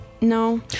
no